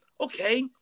Okay